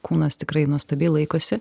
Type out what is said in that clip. kūnas tikrai nuostabiai laikosi